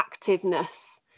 activeness